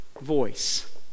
voice